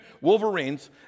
Wolverines